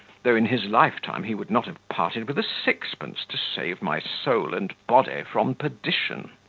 though, in his lifetime, he would not have parted with a sixpence to save my soul and body from perdition.